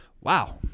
Wow